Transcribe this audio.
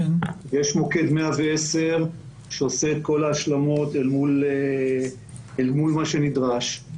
יש מוקד 110 שעושה את כל ההשלמות אל מול מה שנדרש,